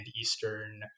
Eastern